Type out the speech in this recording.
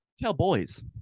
Cowboys